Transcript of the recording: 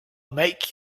make